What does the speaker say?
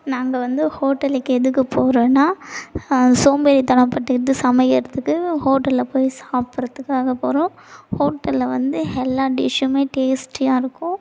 நாங்கள் வந்து ஹோட்டலுக்கு எதுக்கு போகிறோன்னா சோம்பேறிதனம் பட்டுக்கிட்டு சமைக்கிறத்துக்கு ஹோட்டலில் போய் சாப்பிட்றத்துக்காகப் போகிறோம் ஹோட்டலில் வந்து எல்லா டிஷ்ஷுமே டேஸ்ட்டியாக இருக்கும்